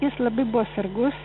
jis labai buvo sargus